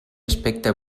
aspecte